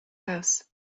house